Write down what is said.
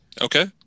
Okay